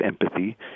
empathy